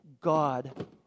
God